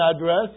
address